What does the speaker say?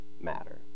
matter